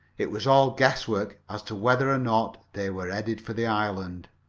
it was all guesswork as to whether or not they were headed for the island.